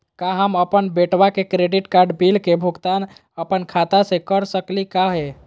का हम अपन बेटवा के क्रेडिट कार्ड बिल के भुगतान अपन खाता स कर सकली का हे?